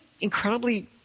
incredibly